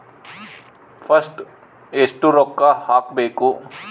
First ಎಷ್ಟು ರೊಕ್ಕ ಹಾಕಬೇಕು?